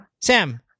Sam